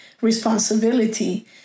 responsibility